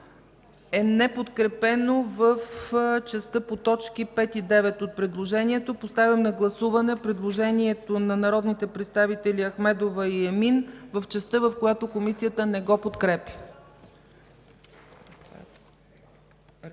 е неподкрепено в частта по т. 5 и т. 9 от предложението. Поставям на гласуване предложението на народните представители Ахмедова и Емин в частта, в която Комисията не го подкрепя.